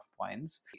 points